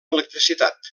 electricitat